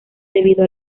debido